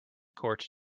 court